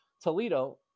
Toledo